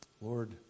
Lord